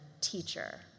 Teacher